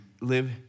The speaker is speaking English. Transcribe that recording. live